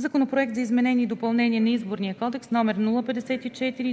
Законопроект за изменение и допълнение на Изборния кодекс, №